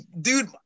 dude